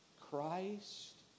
Christ